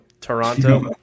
Toronto